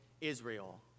Israel